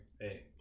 Hey